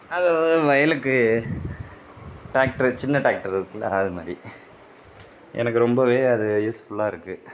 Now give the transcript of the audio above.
அது வயலுக்கு டிராக்டர் சின்ன டிராக்டர் இருக்குல்ல அது மாதிரி எனக்கு ரொம்ப அது யூஸ்ஃபுல்லாயிருக்கு